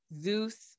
zeus